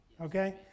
okay